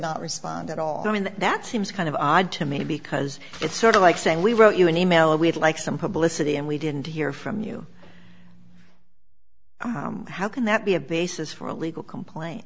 not respond at all i mean that seems kind of odd to me because it's sort of like saying we wrote you an email we'd like some publicity and we didn't hear from you how can that be a basis for a legal complaint